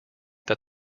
that